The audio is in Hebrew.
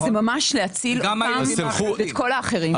זה ממש בשביל להציל אותם ואת כל האחרים.